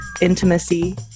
intimacy